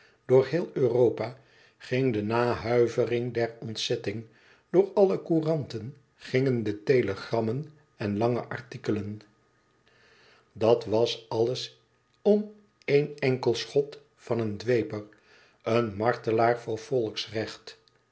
door heel europa ging de nahuivering der ontzetting door alle couranten gingen de telegrammen en lange artikelen dat was alles om éen enkel schot van een dweper een martelaar voor volksrecht